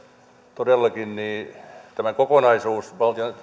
todellakin tämä kokonaisuus